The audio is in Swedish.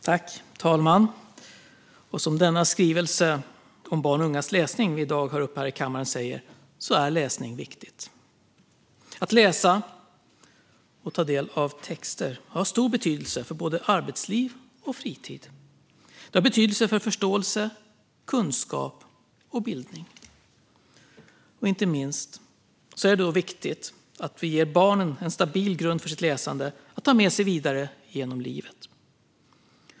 Fru talman! Som denna skrivelse om barns och ungas läsning vi i dag debatterar här i kammaren säger är läsning viktigt. Att läsa och ta del av texter har stor betydelse för både arbetsliv och fritid. Det har betydelse för förståelse, kunskap och bildning. Inte minst är det då viktigt att vi ger barnen en stabil grund för sitt läsande att ta med sig vidare genom livet.